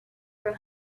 were